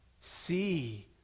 see